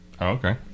Okay